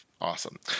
awesome